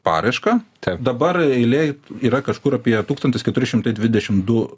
paraišką dabar eilėj yra kažkur apie tūkstantis keturi šimtai dvidešim du